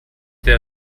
der